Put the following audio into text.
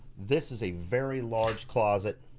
this is a very large closet